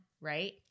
Right